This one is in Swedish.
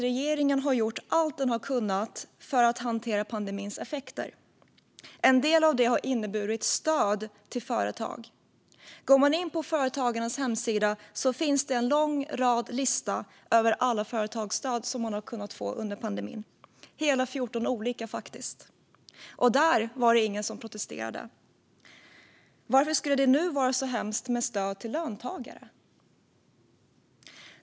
Regeringen har gjort allt den har kunnat för att hantera pandemins effekter. En del av det har inneburit stöd till företag. Går man in på Företagarnas hemsida ser man en lång lista över alla stöd som företagen har kunnat få under pandemin - faktiskt hela 14 olika. Där var det ingen som protesterade. Varför skulle det nu vara så hemskt med stöd till löntagare?